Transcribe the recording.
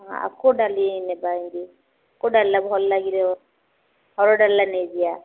ହଁ ଆଉ କୋଉ ଡ଼ାଲି ନେବାକି କୋଉ ଡ଼ାଲିଟା ଭଲ ଲାଗିବ ହରଡ଼ ଡ଼ାଲି ନେଇଯିବା